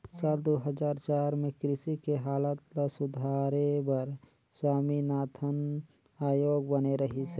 साल दू हजार चार में कृषि के हालत ल सुधारे बर स्वामीनाथन आयोग बने रहिस हे